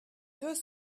deux